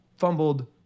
fumbled